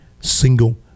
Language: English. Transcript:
single